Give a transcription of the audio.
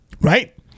right